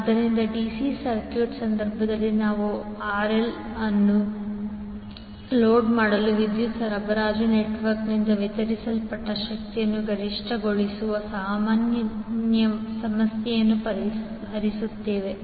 ಆದ್ದರಿಂದ ಡಿಸಿ ಸರ್ಕ್ಯೂಟ್ನ ಸಂದರ್ಭದಲ್ಲಿ ನಾವು ಆರ್ಎಲ್ RL ಅನ್ನು ಲೋಡ್ ಮಾಡಲು ವಿದ್ಯುತ್ ಸರಬರಾಜು ನೆಟ್ವರ್ಕ್ನಿಂದ ವಿತರಿಸಲ್ಪಟ್ಟ ಶಕ್ತಿಯನ್ನು ಗರಿಷ್ಠಗೊಳಿಸುವ ಸಮಸ್ಯೆಯನ್ನು ಪರಿಹರಿಸುತ್ತೇವೆ